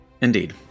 indeed